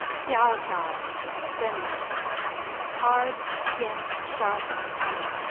kjarsgaard denmark hard skim sharp tangy.